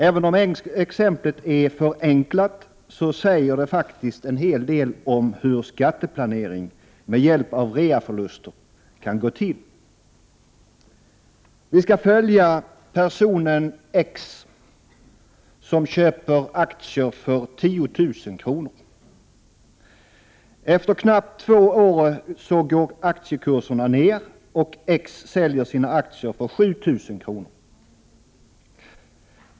Även om exemplet är förenklat säger det en hel del om hur skatteplanering med hjälp av reaförluster kan gå till. Vi skall följa personen X, som köper aktier för 10 000 kr. Efter knappt två år går aktiekurserna ned, och X säljer sina aktier för 7 000 kr.